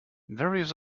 various